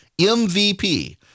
MVP